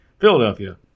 philadelphia